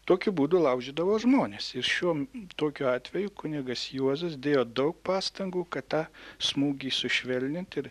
tokiu būdu laužydavo žmones ir šiuo tokiu atveju kunigas juozas dėjo daug pastangų kad tą smūgį sušvelnint ir